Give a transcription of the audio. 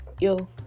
yo